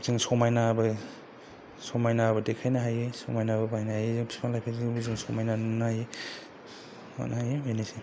जों समायनाबो समायनाबो देखायनो हायो समायनाबो बानायनो हायो जों बिफां लाइफांजोंबो जों समायना नुनो हायो बेनोसै